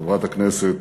חברת הכנסת